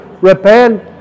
Repent